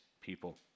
people